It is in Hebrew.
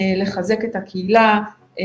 לחזק את הקהילה,